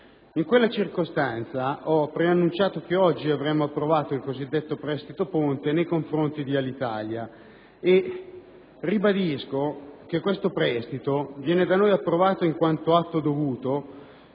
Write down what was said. In quella circostanza ho preannunciato che oggi avremmo approvato il cosiddetto prestito ponte nei confronti di Alitalia. Ribadisco che il prestito viene da noi approvato in quanto atto dovuto